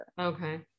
Okay